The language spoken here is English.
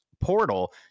portal